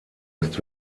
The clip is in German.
ist